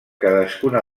cadascuna